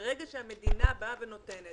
אבל ברגע שהמדינה באה ונותנת,